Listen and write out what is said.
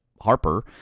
harper